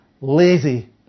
lazy